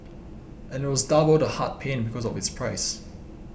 and it was double the heart pain because of its price